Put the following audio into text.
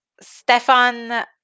stefan